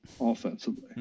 offensively